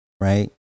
right